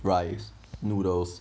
rice noodles